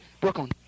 Brooklyn